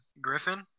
Griffin